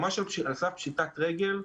הם ממש על סף פשיטת רגל.